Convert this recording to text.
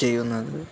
ചെയ്യുന്നത്